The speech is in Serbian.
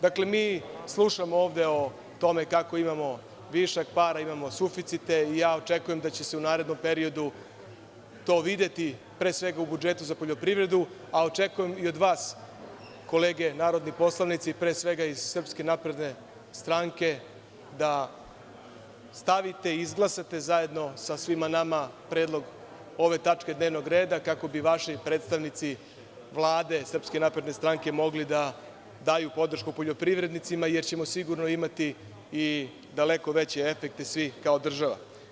Dakle, mi slušamo ovde kako imamo para, imamo suficite i očekujem da će se u narednom periodu to videti, pre svega u budžetu za poljoprivredu, a očekujem i od vas kolege narodni poslanici, pre svega iz SNS, da stavite, izglasate zajedno sa svima nama predlog ove tačke dnevnog reda, kako bi vaši predstavnici Vlade SNS, mogli da daju podršku poljoprivrednicima, jer ćemo sigurno imati i daleko veće efekte svi kao država.